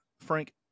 Frank